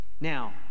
Now